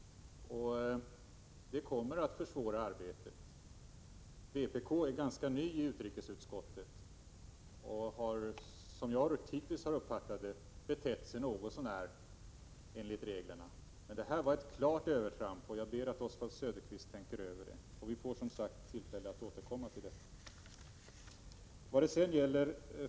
Det kommer att försvåra arbetet. Vpk är ganska nytt i utrikesutskottet och har, som jag hittills har uppfattat det, betett sig något så när enligt reglerna. Men det här var ett klart övertramp. Jag ber att Oswald Söderqvist tänker över det. Vi får som sagt tillfälle att återkomma till detta.